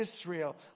Israel